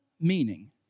meaning